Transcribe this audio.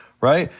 right?